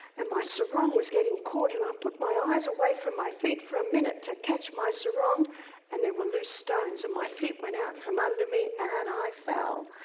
and my sarong was getting caught, and i put my eyes away from my feet for a minute to catch my sarong and there were loose stones, and my feet went out from under me and i fell.